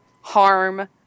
harm